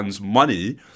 money